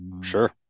sure